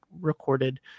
recorded